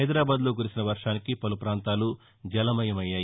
హైదరాబాద్లో కురిసిన వర్వానికి పలు పాంతాలు జలమయమయ్యాయి